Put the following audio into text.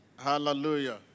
Hallelujah